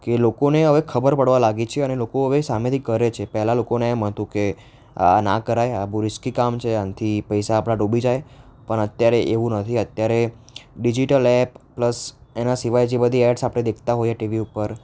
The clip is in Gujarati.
કે લોકોને હવે ખબર પડવા લાગી છે અને લોકો હવે સામેથી કરે છે પહેલાં લોકોને એમ હતું કે આ ન કરાય આ બહુ રિસ્કી કામ છે આનાથી પૈસા આપણાં ડૂબી જાય પણ અત્યારે એવું નથી અત્યારે ડિજિટલ એપ પ્લસ એના સિવાય જે બધી એડ્સ આપણે દેખતા હોઈએ ટીવી ઉપર